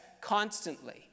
constantly